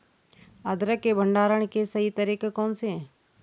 अदरक के भंडारण के सही तरीके कौन से हैं?